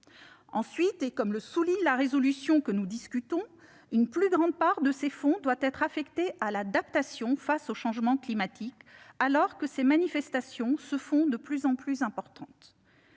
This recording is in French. Ensuite, et comme le souligne la proposition de résolution dont nous discutons, une plus grande part de ces fonds doit être affectée à l'adaptation face au changement climatique, dont les manifestations sont de plus en plus importantes.